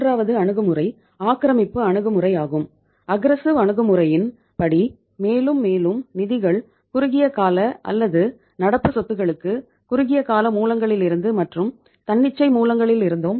மூன்றாவது அணுகுமுறை ஆக்கிரமிப்பு அணுகுமுறையாகும்